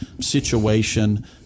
situation